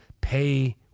pay